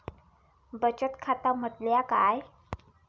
बचत खाता म्हटल्या काय?